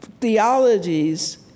theologies